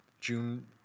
June